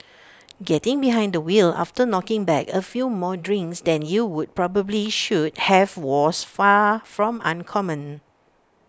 getting behind the wheel after knocking back A few more drinks than you would probably should have was far from uncommon